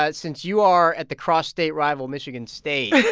ah since you are at the cross-state rival michigan state,